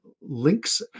links